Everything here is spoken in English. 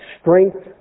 strength